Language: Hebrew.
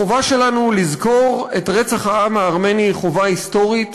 החובה שלנו לזכור את רצח העם הארמני היא חובה היסטורית,